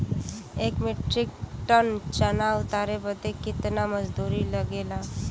एक metric tonne चना उतारे बदे कितना मजदूरी लगे ला?